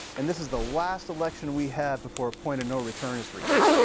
and this is the last election we have before a point of no return is reached.